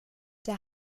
der